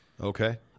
Okay